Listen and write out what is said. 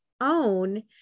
own